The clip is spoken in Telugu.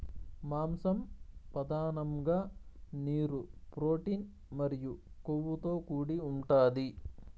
మాంసం పధానంగా నీరు, ప్రోటీన్ మరియు కొవ్వుతో కూడి ఉంటాది